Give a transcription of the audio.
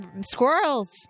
squirrels